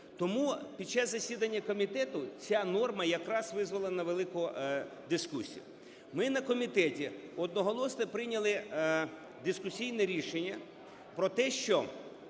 Тому під час засідання комітету ця норма якраз визвала невелику дискусію. Ми на комітеті одноголосно прийняли дискусійне рішення про те, що